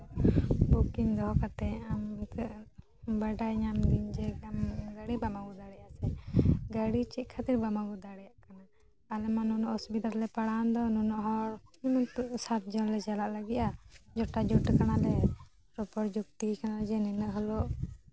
booking ᱫᱚᱦᱚ ᱠᱟᱛᱮ ᱟᱢ ᱱᱤᱛᱳᱜ ᱵᱟᱰᱟᱭ ᱧᱟᱢ ᱫᱟᱹᱧ ᱡᱮ ᱟᱢ ᱜᱟᱲᱤ ᱵᱟᱢ ᱟᱹᱜᱩ ᱫᱟᱲᱮᱭᱟᱜᱼᱟ ᱥᱮ ᱜᱟᱹᱲᱤ ᱪᱮᱫ ᱠᱷᱟᱹᱛᱤᱨ ᱵᱟᱢ ᱟᱹᱜᱩ ᱫᱟᱲᱮᱭᱟᱜ ᱠᱟᱱᱟ ᱟᱞᱮ ᱢᱟ ᱱᱩᱱᱟᱹᱜ ᱚᱥᱩᱵᱤᱫᱟ ᱨᱮᱞᱮ ᱯᱟᱲᱟᱣᱮᱱ ᱫᱚ ᱱᱩᱱᱟᱹᱜ ᱦᱚᱲ ᱱᱤᱛᱳᱜ ᱥᱟᱛ ᱡᱚᱱ ᱞᱮ ᱪᱟᱞᱟᱜ ᱞᱟᱹᱜᱤᱫᱼᱟ ᱡᱚᱴᱟᱣ ᱡᱩᱛ ᱠᱟᱱᱟᱞᱮ ᱨᱚᱯᱚᱲ ᱡᱩᱠᱛᱤᱭᱟᱠᱟᱱᱟᱞᱮ ᱡᱮ ᱱᱤᱱᱟᱹᱜ ᱦᱤᱞᱳᱜ